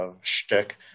shtick